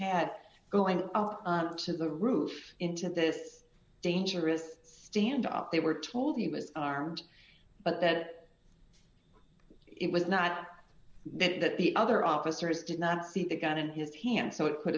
had going up to the roof into this dangerous stand up they were told he was unarmed but that it was not then that the other officers did not see the gun in his hand so it could